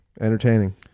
Entertaining